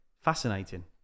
fascinating